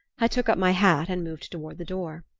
i took up my hat and moved toward the door.